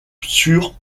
sur